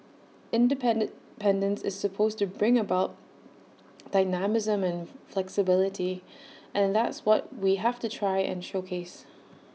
in depend is supposed to bring about dynamism and flexibility and that's what we have to try and showcase